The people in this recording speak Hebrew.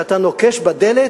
כשאתה נוקש בדלת,